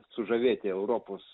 sužavėti europos